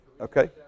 Okay